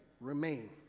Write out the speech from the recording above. Remain